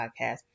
podcast